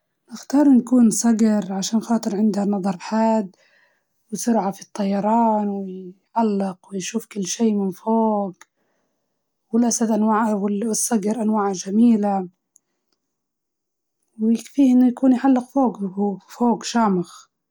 نختار نكون صجر، عشان عنده نظرة حادة، وسريع في الطيران، ويجدر يشوف كل شي من فوق، و و يحبوه الخليجيين، ويمكن يتراوح سعره في ال ملايين الدولارات.